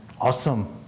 awesome